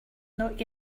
not